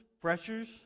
pressures